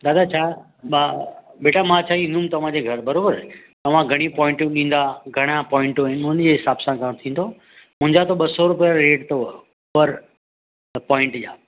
दादा छा बा बेटा मां चई ईंदुमि तव्हांजे घरि बराबरि तव्हां घणी पोइंटियूं ॾींदा घणा पोइंटियूं आहिनि हुन जे हिसाब सां भाव थींदो मुंहिजो त ॿ सौ रुपया रेट अथव पर पोइंट जा